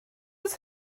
oes